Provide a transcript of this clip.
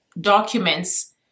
documents